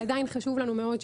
ועדיין חשוב לנו מאוד,